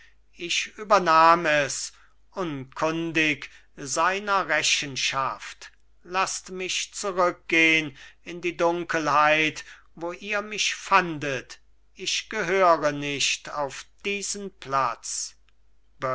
ich übernahm es unkundig seiner rechenschaft laßt mich zurückgehn in die dunkelheit wo ihr mich fandet ich gehöre nicht auf diesen platz